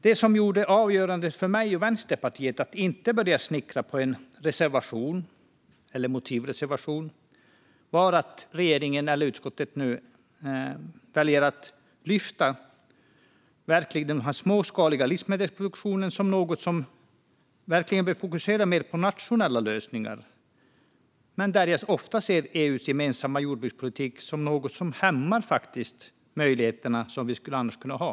Det som fällde avgörandet för mig och Vänsterpartiet och fick oss att inte börja snickra på en motivreservation var att utskottet nu väljer att lyfta den småskaliga livsmedelsproduktionen som något som verkligen bör fokusera mer på nationella lösningar. Där ser jag dock ofta EU:s gemensamma jordbrukspolitik som något som faktiskt hämmar de möjligheter som vi annars skulle kunna ha.